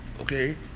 okay